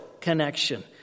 connection